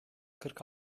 kırk